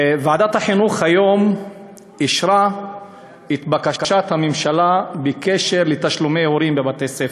ועדת החינוך היום אישרה את בקשת הממשלה בקשר לתשלומי הורים בבתי-ספר.